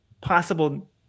possible